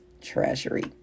treasury